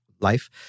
life